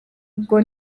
ubwo